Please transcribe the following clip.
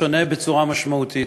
שונה בצורה משמעותית.